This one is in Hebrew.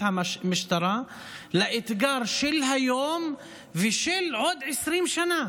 המשטרה לאתגר של היום ושל עוד 20 שנה.